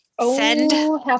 Send